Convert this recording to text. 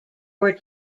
were